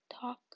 talk